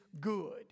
good